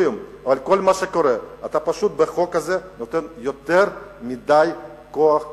פשוט בחוק הזה אתה נותן יותר מדי כוח להם.